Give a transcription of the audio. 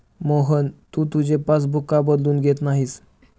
मोहन, तू तुझे पासबुक का बदलून घेत नाहीस?